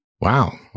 Wow